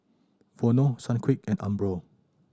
Vono Sunquick and Umbro